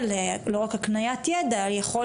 של לא רק הקניית ידע,